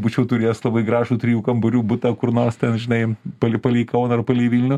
būčiau turėjęs labai gražų trijų kambarių butą kur nors ten žinai palei palei kauną ar palei vilnių